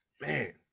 man